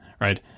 right